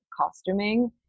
costuming